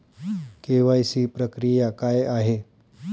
KYC प्रक्रिया काय आहे?